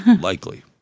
likely